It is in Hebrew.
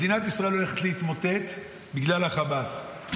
מדינת ישראל הולכת להתמוטט בגלל החמאס,